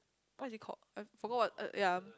what is it called I forgot ya